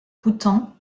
bhoutan